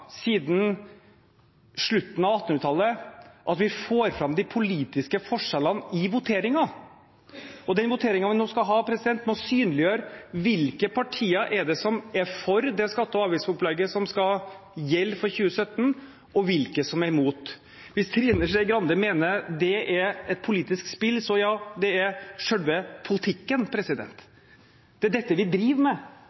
siden slutten av 1800-tallet, at vi får fram de politiske forskjellene i voteringen. Og den voteringen vi nå skal ha, må synliggjøre hvilke partier som er for skatte- og avgiftsopplegget som skal gjelde for 2017, og hvilke som er imot. Hvis Trine Skei Grande mener det er et politisk spill – ja, det er selve politikken.